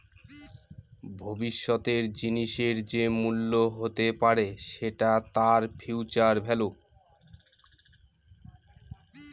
ভবিষ্যতের জিনিসের যে মূল্য হতে পারে সেটা তার ফিউচার ভেল্যু